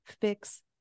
fix